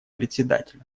председателя